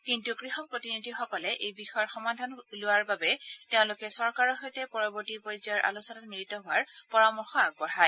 কিন্ত কৃষক প্ৰতিনিধিসকলে এই বিষয়ৰ সমাধান উলিওৱাৰ বাবে তেওঁলোকে চৰকাৰৰ সৈতে পৰৱৰ্তী পৰ্যায়ৰ আলোচনাত মিলিত হোৱাৰ পৰামৰ্শ আগবঢ়ায়